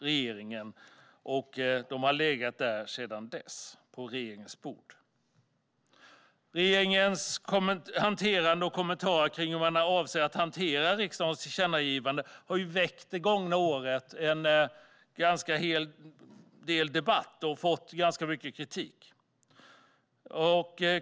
Regeringens hantering av riksdagens tillkännagivanden och kommentarerna kring hur man avser att hantera dem har det gångna året väckt en hel del debatt och fått ganska mycket kritik.